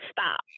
stop